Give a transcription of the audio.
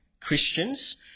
Christians